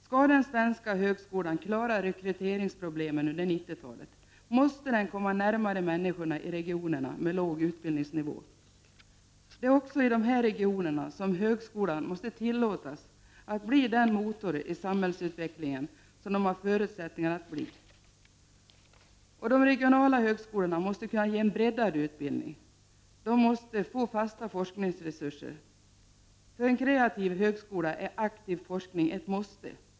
Skall den svenska högskolan klara rekryteringsproblemen under 90-talet, måste den komma närmare människorna i regioner med låg utbildningsnivå. Det är också i dessa regioner som högskolan måste tillåtas att bli den motor i samhällsutvecklingen som den har förutsättningar att bli. De regionala högskolorna måste kunna ge en breddad utbildning. De måste få fasta forskningsresurser. För en kreativ högskola är aktiv forskning ett måste.